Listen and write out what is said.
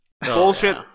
bullshit